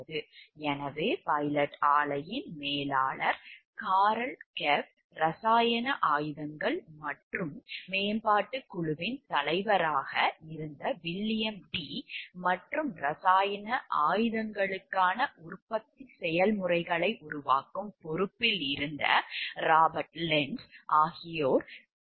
எனவே பைலட் ஆலையின் மேலாளர் கார்ல் கெப் இரசாயன ஆயுதங்கள் மற்றும் மேம்பாட்டுக் குழுவின் தலைவராக இருந்த வில்லியம் டீ மற்றும் ரசாயன ஆயுதங்களுக்கான உற்பத்தி செயல்முறைகளை உருவாக்கும் பொறுப்பில் ராபர்ட் லென்ட்ஸ் இருந்தார்